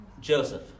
Joseph